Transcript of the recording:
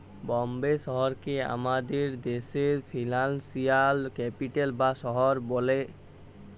বম্বে শহরকে আমাদের দ্যাশের ফিল্যালসিয়াল ক্যাপিটাল বা শহর ব্যলে